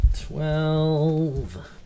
Twelve